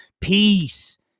Peace